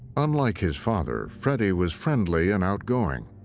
unlike his father, freddy was friendly and outgoing.